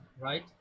right